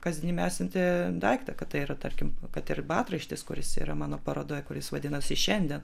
kasdien esantį daiktą kad tai yra tarkim kad ir batraištis kuris yra mano parodoj kuris vadinasi šiandien